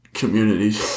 communities